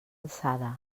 alçada